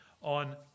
on